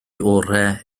orau